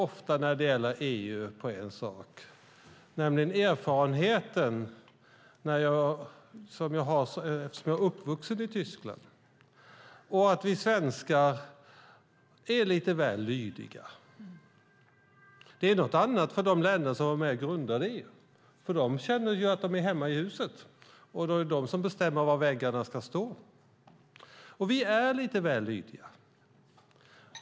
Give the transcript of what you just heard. Ofta när det gäller EU tänker jag på en sak, nämligen på den erfarenhet jag har - jag har växt upp i Tyskland - och på att vi svenskar är lite väl lydiga. Det är något annat för de länder som var med och grundade EU, för de känner ju att de är hemma i huset. De bestämmer var väggarna ska stå. Vi är lite väl lydiga.